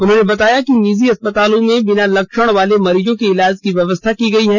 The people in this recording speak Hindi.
उन्होंने बताया कि निजी अस्पतालों में बिना लक्षण वाले मरीजों के इलाज की व्यवस्था की गई है